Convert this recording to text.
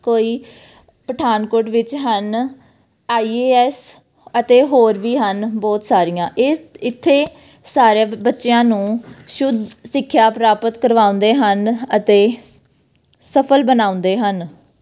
ਕੋਈ ਪਠਾਨਕੋਟ ਵਿੱਚ ਹਨ ਆਈ ਏ ਐਸ ਅਤੇ ਹੋਰ ਵੀ ਹਨ ਬਹੁਤ ਸਾਰੀਆਂ ਇਹ ਇੱਥੇ ਸਾਰੇ ਬੱਚਿਆਂ ਨੂੰ ਸ਼ੁੱਧ ਸਿੱਖਿਆ ਪ੍ਰਾਪਤ ਕਰਵਾਉਂਦੇ ਹਨ ਅਤੇ ਸਫਲ ਬਣਾਉਂਦੇ ਹਨ